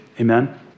Amen